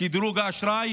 כי דירוג האשראי